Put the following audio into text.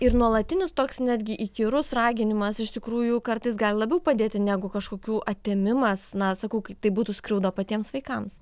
ir nuolatinis toks netgi įkyrus raginimas iš tikrųjų kartais gali labiau padėti negu kažkokių atėmimas na sakau kad tai būtų skriauda patiems vaikams